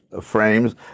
frames